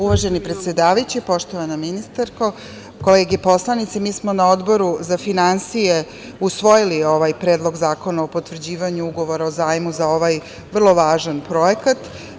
Uvaženi predsedavajući, poštovana ministarko, kolege poslanici, mi smo na Odboru za finansije usvojili ovaj Predlog zakona o potvrđivanju ugovora o zajmu za ovaj vrlo važan projekat.